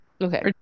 okay